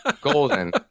Golden